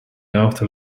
after